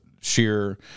sheer